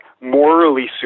morally